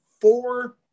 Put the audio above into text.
four